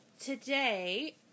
today